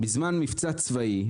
בזמן מבצע צבאי,